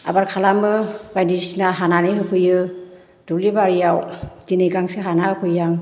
आबार खालामो बायदिसिना हानानै होफैयो दुब्लि बारियाव दिनै गांसो हाना होफैयो आं